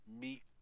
meet